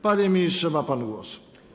Panie ministrze, ma pan głos.